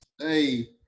Hey